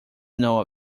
know